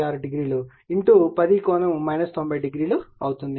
960 10∠ 900 అవుతుంది